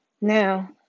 Now